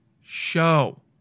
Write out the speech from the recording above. show